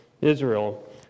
Israel